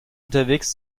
unterwegs